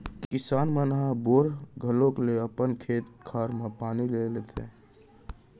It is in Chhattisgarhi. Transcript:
किसान मन ह बोर घलौक ले अपन खेत खार म पानी ले लेथें